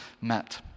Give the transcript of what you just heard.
met